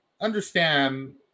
understand